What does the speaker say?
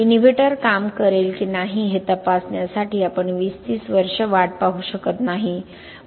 inhibitor काम करेल की नाही हे तपासण्यासाठी आपण 20 30 वर्षे वाट पाहू शकत नाही